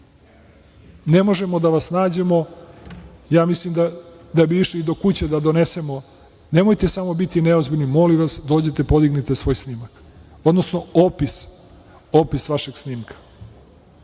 Ne možemo da vas nađemo, ja mislim da bismo išli do kuća da donesemo, nemojte samo biti neozbiljni, molim vas dođite, podignite svoj snimak, odnosno opis, opis vašeg snimka. Želim